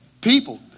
people